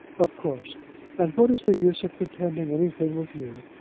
of course and what is the use of pretending anything with you?